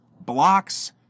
blocks